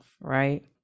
right